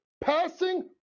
passing